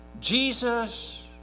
Jesus